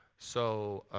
so